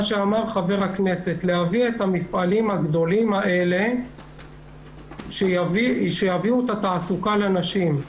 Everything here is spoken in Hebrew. להביא את המפעלים הגדולים האלה שיביאו תעסוקה לנשים.